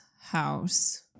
house